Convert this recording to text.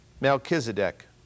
Melchizedek